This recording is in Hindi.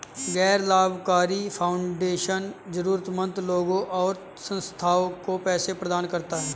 गैर लाभकारी फाउंडेशन जरूरतमन्द लोगों अथवा संस्थाओं को पैसे प्रदान करता है